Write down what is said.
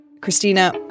Christina